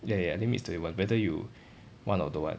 ya ya limit is twenty one whether you want or don't want